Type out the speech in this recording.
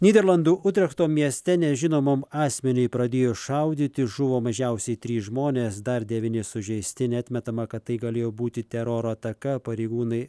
nyderlandų utrechto mieste nežinomam asmeniui pradėjus šaudyti žuvo mažiausiai trys žmonės dar devyni sužeisti neatmetama kad tai galėjo būti teroro ataka pareigūnai